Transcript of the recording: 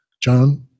John